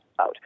Out